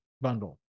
bundle